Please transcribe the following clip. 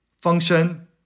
function